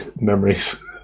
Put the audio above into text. memories